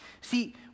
See